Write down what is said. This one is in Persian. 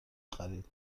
خرید